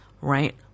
Right